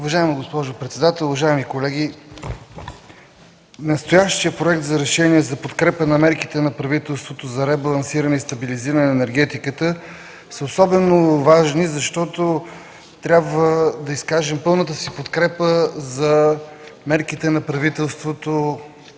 Уважаема госпожо председател, уважаеми колеги! Настоящият Проект за решение за подкрепа на мерките на правителството за ребалансиране и стабилизиране на енергетиката е особено важен, защото трябва да изкажем пълната си подкрепа на мерките на правителството,